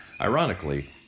Ironically